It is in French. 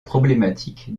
problématique